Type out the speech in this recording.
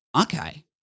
okay